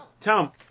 Tom